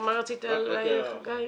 מה רצית להעיר חגי?